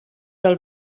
del